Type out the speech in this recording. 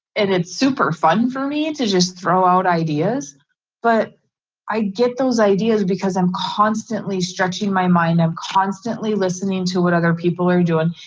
and it's super fun for me to just throw out ideas but i get those ideas because i'm constantly stretching my mind. i'm constantly listening to what other people are doing.